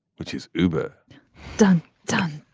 which is uber dun dun